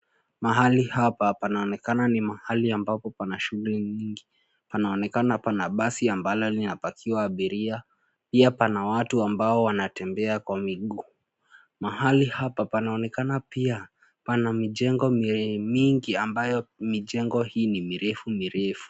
Mahali hapa panaonekana ni mahali ambapo pana shughuli nyingi. Panaonekana pana basi ambalo linapakiwa abiria. Pia pana watu ambao wanatembea kwa miguu. Mahali hapa panaonekana pia pana mijengo mingi ambayo mijengo hii ni mirefu mirefu.